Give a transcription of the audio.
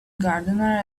gardener